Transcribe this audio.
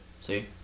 See